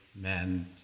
men